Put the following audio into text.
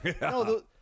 No